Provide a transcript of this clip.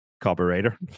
Carburetor